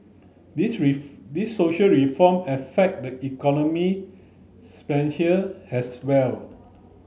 these these social reform affect the economy as well